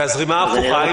והזרימה ההפוכה?